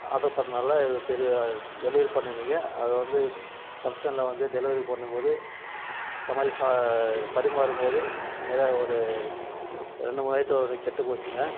order பண்ணனால இவ்வளோ delivery பண்ணிருந்தீங்க அதை வந்து ஃபங்ஷனில் வந்து டெலிவரி பண்ணும்போது சமையல் பரிமாறும்போது ஒரு ரெண்டு மூணு ஐட்டம் கெட்டு போச்சுங்க